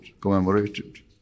commemorated